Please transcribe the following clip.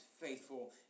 faithful